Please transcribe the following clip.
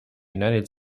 united